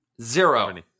Zero